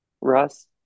Russ